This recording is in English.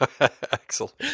Excellent